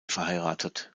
verheiratet